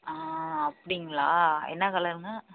ஆ அப்படிங்களா என்ன கலருங்க